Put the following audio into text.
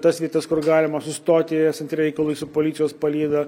tas vietas kur galima sustoti esant reikalui su policijos palyda